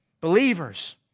Believers